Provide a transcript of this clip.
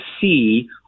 see